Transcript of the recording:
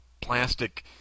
plastic